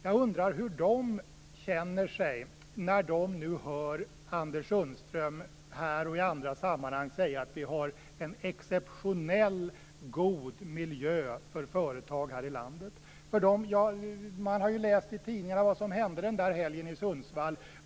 Jag undrar hur de känner sig när de nu hör Anders Sundström här och i andra sammanhang säga att vi har en exceptionellt god miljö för företag här i landet. Man har ju läst i tidningarna vad som hände den där helgen i Sundsvall.